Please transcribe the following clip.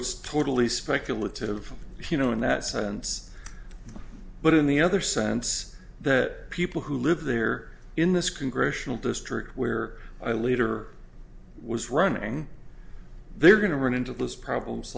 it's totally speculative you know in that sense but in the other sense that people who live there in this congressional district where i leader was running they're going to run into those problems